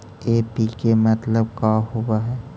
NPK मतलब का होव हइ?